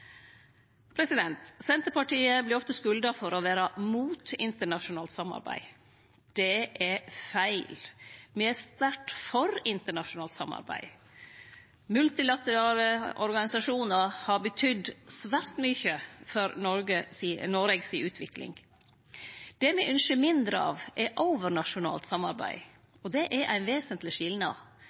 Senterpartiet vert ofte skulda for å vere mot internasjonalt samarbeid. Det er feil. Vi er sterkt for internasjonalt samarbeid. Multilaterale organisasjonar har betydd svært mykje for Noregs utvikling. Det me ynskjer mindre av, er overnasjonalt samarbeid. Det er ein vesentleg skilnad.